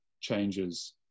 changes